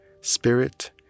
spirit